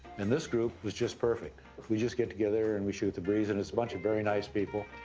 and this group was just perfect. we just get together and we shoot the breeze, and it's a bunch of very nice people.